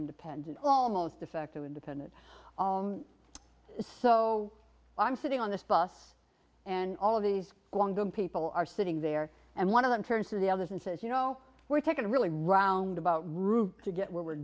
independent almost effective independent so i'm sitting on this bus and all of these long people are sitting there and one of them turns to the others and says you know we're taking a really roundabout route to get where we're